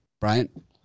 Brian